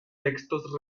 textos